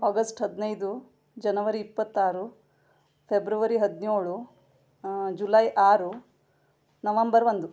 August ಹದಿನೈದು ಜನವರಿ ಇಪ್ಪತ್ತಾರು ಫೆಬ್ರವರಿ ಹದಿನೇಳು ಜುಲೈ ಆರು ನವಂಬರ್ ಒಂದು